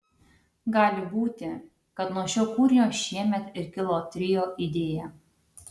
gali būti kad nuo šio kūrinio šiemet ir kilo trio idėja